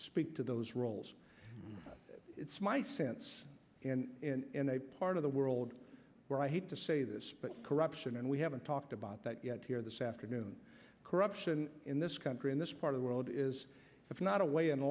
speak to those roles it's my sense and a part of the world where i hate to say this but corrupt and we haven't talked about that yet here this afternoon corruption in this country in this part of the world is if not a way in